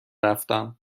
رفتم